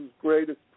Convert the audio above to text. greatest